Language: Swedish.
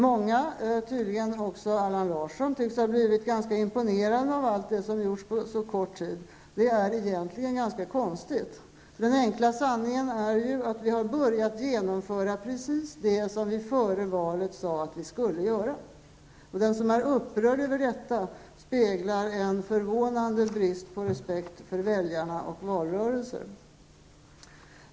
Många, tydligen även Allan Larsson, tycks ha blivit ganska imponerade av allt som har gjorts på så kort tid, vilket egentligen är konstigt. Den enkla sanningen är ju att vi har börjat genomföra precis det om vi före valet sade att vi skulle göra. Den som blir upprörd över detta speglar en förvånande brist på respekt för väljarna och valrörelser.